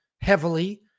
heavily